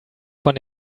von